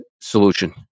solution